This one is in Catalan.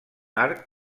arc